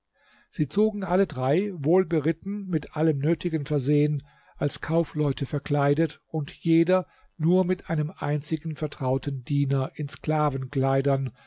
sie zogen alle drei wohlberitten mit allem nötigen versehen als kaufleute verkleidet und jeder nur mit einem einzigen vertrauten diener in